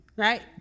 Right